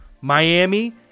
Miami